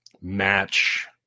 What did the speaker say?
match